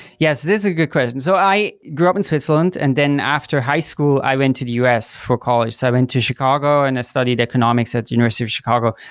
yes, this is a good question. so i grew up in switzerland and then after high school, i went to the us for college. so i went to chicago and i studied economics at the university of chicago.